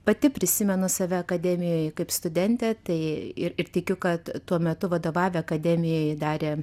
pati prisimenu save akademijoj kaip studentę tai ir ir tikiu kad tuo metu vadovavę akademijai darė